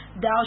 thou